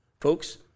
Folks